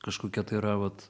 kažkokie tai yra vat